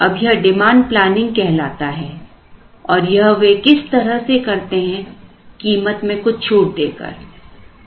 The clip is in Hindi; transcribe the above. अब यह डिमांड प्लैनिंग कहलाता है और यह वे किस तरह करते हैं कीमत में कुछ छूट देकर